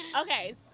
Okay